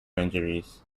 injuries